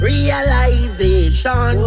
Realization